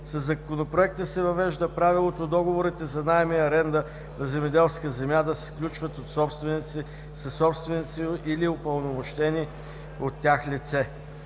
Със Законопроекта се въвежда правилото договорите за наем и аренда на земеделска земя да се сключват от собственици, съсобственици или от упълномощено от тях лице.